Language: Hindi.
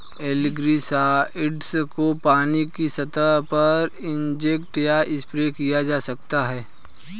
एलगीसाइड्स को पानी की सतह पर इंजेक्ट या स्प्रे किया जा सकता है